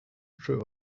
true